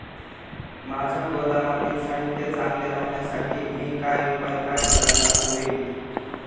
माझ्या गोदामातील साहित्य चांगले राहण्यासाठी मी काय उपाय काय करायला हवेत?